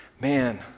man